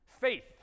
Faith